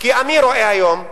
כי אני רואה היום שמחר,